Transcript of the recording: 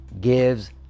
gives